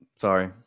Sorry